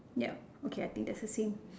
ya okay I think that's the same